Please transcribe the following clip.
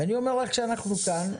ואני אומר לך שאנחנו כאן,